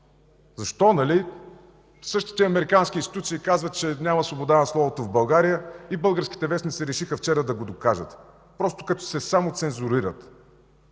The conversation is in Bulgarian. Защо? Нали същите американски институции казват, че няма свобода на словото в България и българските вестници решиха да го докажат, просто като се самоцензурират?!